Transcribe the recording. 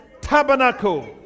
tabernacle